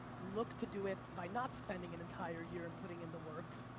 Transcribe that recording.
look to do it by not spending an entire year and putting in the work.